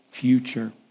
future